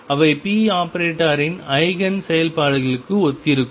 அவை p ஆபரேட்டரின் ஐகேன் செயல்பாடுகளுக்கு ஒத்திருக்கும்